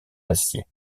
acier